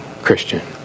Christian